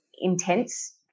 intense